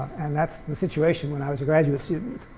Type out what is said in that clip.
and that's the situation when i was a graduate student.